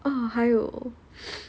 orh 还有